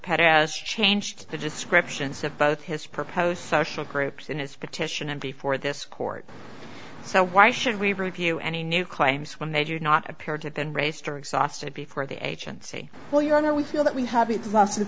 pett has changed the descriptions of both his proposed social groups in his petition and before this court so why should we review any new claims when they do not appear to then raised or exhausted before the agency well your honor we feel that we have